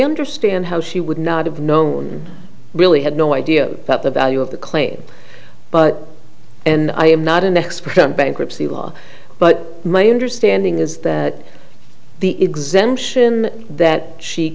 understand how she would not have known really had no idea about the value of the claim but and i am not an expert on bankruptcy law but my understanding is that the exemption that she